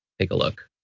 take a look.